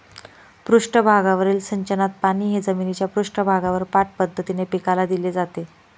पृष्ठभागावरील सिंचनात पाणी हे जमिनीच्या पृष्ठभागावर पाठ पद्धतीने पिकाला दिले जाते